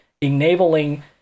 enabling